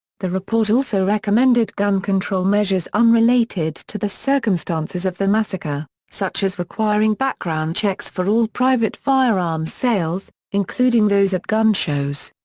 the report also recommended gun control measures unrelated to the circumstances of the massacre, such as requiring background checks for all private firearms sales, including those at gun shows.